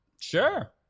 Sure